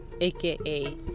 aka